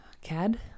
CAD